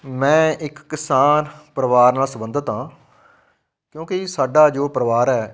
ਮੈਂ ਇੱਕ ਕਿਸਾਨ ਪਰਿਵਾਰ ਨਾਲ ਸੰਬੰਧਿਤ ਹਾਂ ਕਿਉਂਕਿ ਸਾਡਾ ਜੋ ਪਰਿਵਾਰ ਹੈ